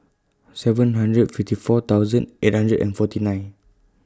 seven hundred fifty four thousand eight hundred and forty nine